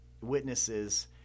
witnesses